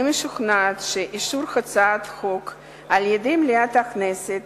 אני משוכנעת שאישור הצעת החוק על-ידי מליאת הכנסת